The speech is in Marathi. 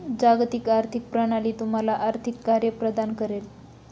जागतिक आर्थिक प्रणाली तुम्हाला आर्थिक कार्ये प्रदान करेल